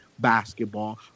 Basketball